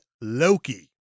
Loki